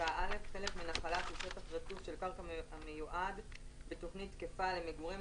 "חלקה א'" חלק מנחלה שהוא שטח רצוף של קרקע המיועד בתכנית תקפה למגורים,